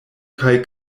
kaj